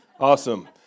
Awesome